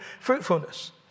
fruitfulness